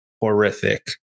horrific